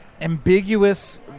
ambiguous